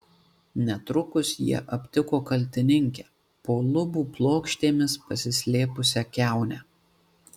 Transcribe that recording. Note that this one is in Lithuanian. netrukus jie aptiko kaltininkę po lubų plokštėmis pasislėpusią kiaunę